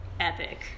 epic